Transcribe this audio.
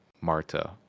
Marta